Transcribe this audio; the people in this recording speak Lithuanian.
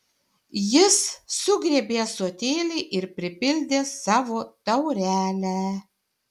jis sugriebė ąsotėlį ir pripildė savo taurelę